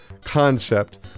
concept